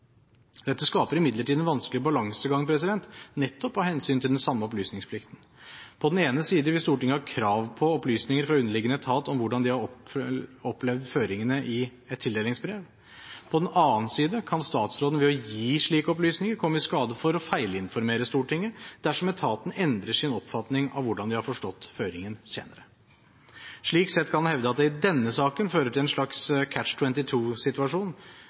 Dette skaper imidlertid en vanskelig balansegang nettopp av hensyn til den samme opplysningsplikten. På den ene side vil Stortinget ha krav på opplysninger fra underliggende etat om hvordan de har opplevd føringene i et tildelingsbrev. På den annen side kan statsråden ved å gi slike opplysninger komme i skade for å feilinformere Stortinget dersom etaten endrer sin oppfatning av hvordan de har forstått føringen senere. Slik sett kan en hevde at det i denne saken fører til en slags